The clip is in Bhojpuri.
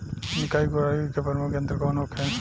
निकाई गुराई के प्रमुख यंत्र कौन होखे?